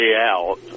out